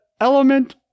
Element